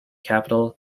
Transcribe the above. capital